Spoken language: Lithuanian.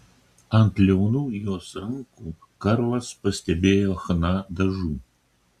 ant liaunų jos rankų karlas pastebėjo chna dažų